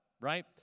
right